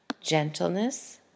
gentleness